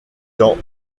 dans